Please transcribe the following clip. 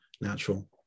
natural